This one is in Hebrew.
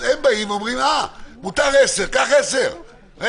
אומרים: מותר להטיל קנס של 10,000 ש"ח.